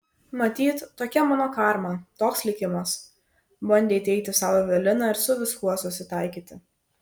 matyt tokia mano karma toks likimas bandė įteigti sau evelina ir su viskuo susitaikyti